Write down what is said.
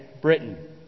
Britain